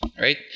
right